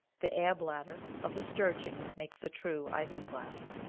the air-bladder of the sturgeon makes the true isinglass.